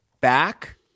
back